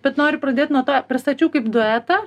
bet noriu pradėt nuo to pristačiau kaip duetą